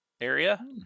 area